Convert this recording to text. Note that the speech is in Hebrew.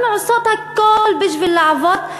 אנחנו עושות הכול בשביל לעבוד,